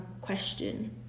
question